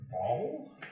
ball